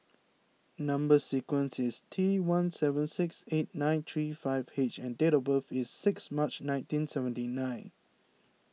Number Sequence is T one seven six eight nine three five H and date of birth is six March nineteen seventy nine